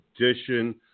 Edition